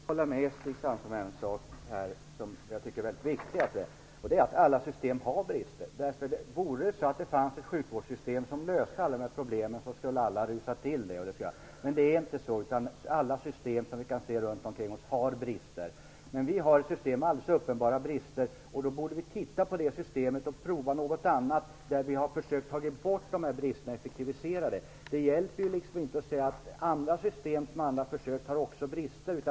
Fru talman! Jag kan hålla med Stig Sandström om en sak som jag tycker är mycket viktig, nämligen att alla system har brister. Om det fanns ett sjukvårdssystem som löste alla dessa problem så skulle alla rusa till det. Men det är inte så, utan alla system som vi kan se runt omkring oss har brister. Men vi har ett system med alldeles uppenbara brister. Då borde vi titta på det systemet och prova något annat som innebär att vi försöker ta bort dessa brister för att effektivisera systemet. Det hjälper inte att säga att andra system som andra har försökt med också har brister.